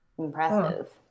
Impressive